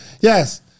Yes